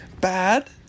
Bad